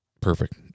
perfect